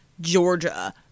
Georgia